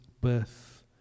birth